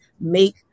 make